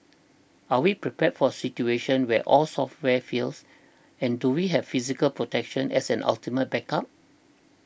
are we prepared for a situation where all software fails and do we have physical protection as an ultimate backup